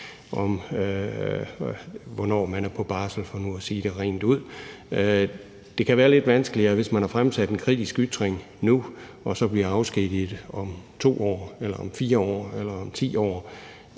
af, hvornår man er på barsel, for nu at sige det rent ud. Det kan være lidt vanskeligere, hvis man har fremsat en kritisk ytring nu og så bliver afskediget om 2 år eller om 4 år